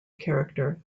character